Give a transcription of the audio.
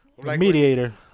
Mediator